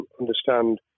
understand